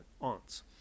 aunts